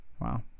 Wow